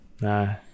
no